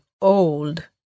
old